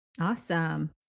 Awesome